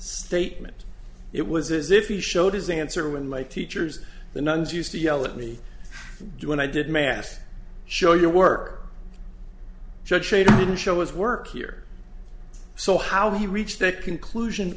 statement it was as if he showed his answer when my teachers the nuns used to yell at me when i did mass show your work judge didn't show his work here so how he reached that conclusion